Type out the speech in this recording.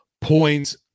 points